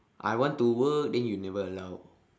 I want to work then you never allow